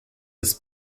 des